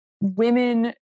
women